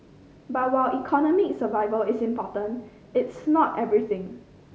but while economic survival is important it's not everything